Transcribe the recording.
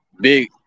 Big